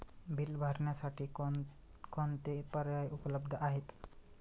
Bill भरण्यासाठी कोणकोणते पर्याय उपलब्ध आहेत?